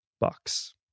Bucks